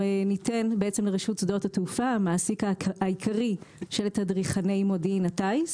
רשות שדות התעופה היא המעסיק העיקרי של תדריכני מודיעין הטיס.